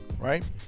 right